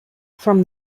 from